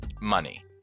money